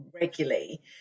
regularly